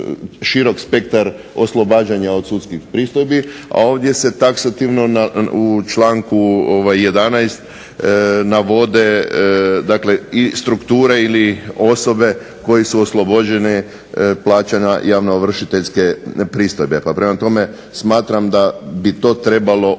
širok spektar oslobađanja od sudskih pristojbi, a ovdje se taksativno u članku 11. navode i strukture ili osobe koji su oslobođeni plaćanja javnoovršiteljske pristojbe. Pa prema tome smatram da bi to trebalo